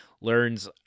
learns